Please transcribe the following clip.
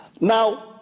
now